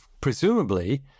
presumably